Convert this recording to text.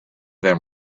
them